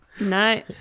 no